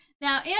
Now